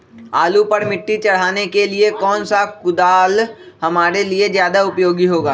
आलू पर मिट्टी चढ़ाने के लिए कौन सा कुदाल हमारे लिए ज्यादा उपयोगी होगा?